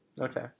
Okay